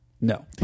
No